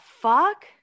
fuck